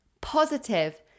positive